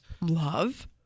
Love